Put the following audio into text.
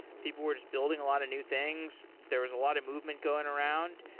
people were just building a lot of new things. there was a lot of movement going around.